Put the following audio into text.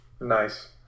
Nice